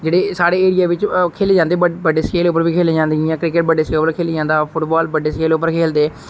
जेहडे़ साढ़े ऐरिया बिच खेले जंदे बडे़ स्केल उप्पर बी खेले जंदे जियां क्रिकेट बडे़ स्केल उप्पर खेलआ जंदा फुटबाल बडे़ स्केल उप्पर खेलदे